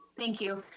thank you.